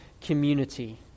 community